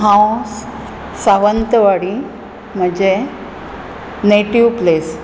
हांव सावंतवाडी म्हजें native place